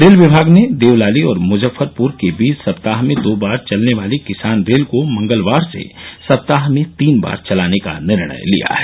rail विभाग ने देवलाली और मुजफ्फरपुर के बीच सप्ताह में दो बार चलने वाली किसान रेल को मंगलवार से सप्ताह में तीन बार चलाने का निर्णय लिया है